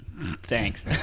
Thanks